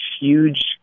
huge